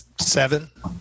seven